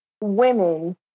women